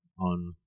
on